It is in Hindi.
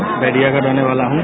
मैं बैरिया का रहने वाला हूं